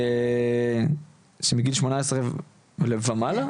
מגיל שמונה עשרה ומעלה.